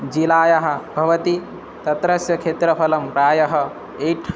जिलायाः भवति तस्य क्षेत्रफलं प्रायः एय्ट्